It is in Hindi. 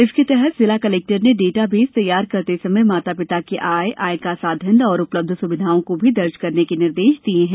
इसके तहत जिला कलेक्टर ने डेटा बेस तैयार करते समय माता पिता की आय आय का साधन और उपलब्ध सुविधाओं को भी दर्ज करने के निर्देश दिये हैं